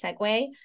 segue